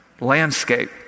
landscape